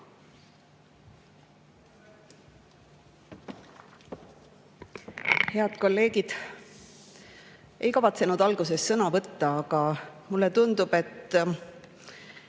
Head kolleegid! Ma ei kavatsenud alguses sõna võtta, aga mulle tundub, et